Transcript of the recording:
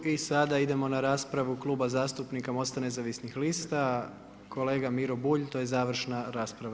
I sada idemo na raspravu Kluba zastupnika MOST-a nezavisnih lista, kolega Miro Bulj, to je završna rasprava.